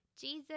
Jesus